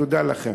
תודה לכם.